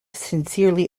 sincerely